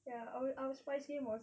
ya our our spice game was